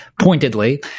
pointedly